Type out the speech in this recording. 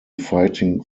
fighting